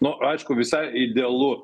nu aišku visai idealu